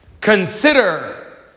Consider